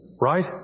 Right